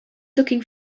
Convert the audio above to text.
looking